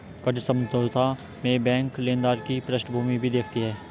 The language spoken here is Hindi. कर्ज समझौता में बैंक लेनदार की पृष्ठभूमि भी देखती है